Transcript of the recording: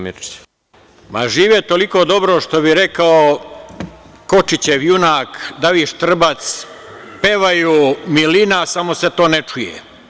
Ma, žive toliko dobro, što bi rekao Kočićev junak David Štrbac, pevaju, milina, smo se to ne čuje.